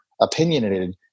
opinionated